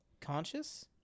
conscious